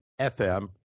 FM